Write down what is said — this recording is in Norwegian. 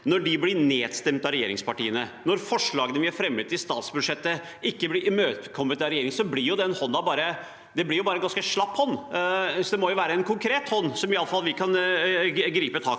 blir nedstemt av regjeringspartiene, når forslagene vi har fremmet i statsbudsjettet, ikke blir imøtekommet av regjeringen, blir det en ganske slapp hånd. Det må jo være en konkret hånd som vi kan gripe tak i.